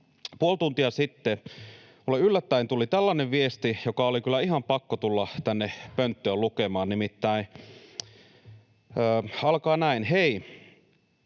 Puoli tuntia sitten minulle yllättäen tuli tällainen viesti, joka oli kyllä ihan pakko tulla tänne pönttöön lukemaan, nimittäin alkaa näin: ”Hei,